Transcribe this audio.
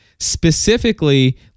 specifically